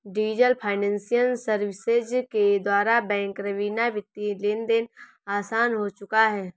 diesel financial services के द्वारा bank रवीना वित्तीय लेनदेन आसान हो चुका है